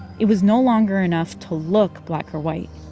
it was no longer enough to look black or white.